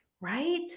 right